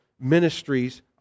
ministries